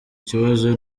ikibazo